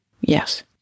Yes